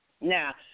Now